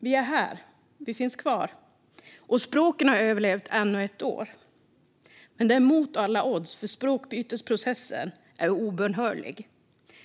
Vi är här, vi finns kvar och språken har överlevt ännu ett år. Men det är mot alla odds, för språkbytesprocessen är obönhörlig.